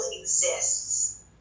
exists